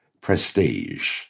prestige